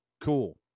cool